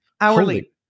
Hourly